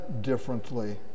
differently